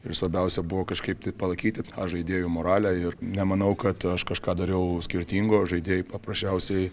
ir svarbiausia buvo kažkaip tai palaikyti tą žaidėjų moralę ir nemanau kad aš kažką dariau skirtingo žaidėjai paprasčiausiai